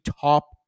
top